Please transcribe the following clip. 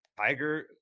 Tiger